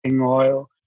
oil